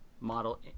Model